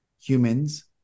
humans